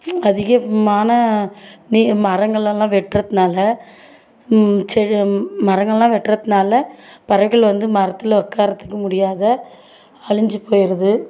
அதிகமான நீ மரங்கள் எல்லாம் வெட்டுறதுனால செடி மரங்கள்லாம் வெட்டுறதுனால பறவைகள் வந்து மரத்தில் உட்கார்றதுக்கு முடியாத அழிந்து போயிடுது